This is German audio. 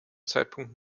zeitpunkt